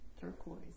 Turquoise